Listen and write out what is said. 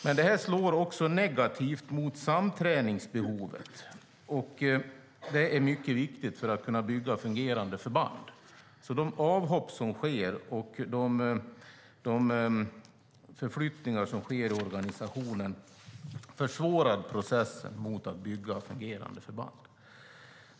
Men det slår också negativt mot samträningsbehovet, och det är mycket viktigt för att kunna bygga fungerande förband. De avhopp som sker och de förflyttningar som sker i organisationen försvårar processen med att bygga fungerande förband.